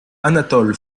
anatole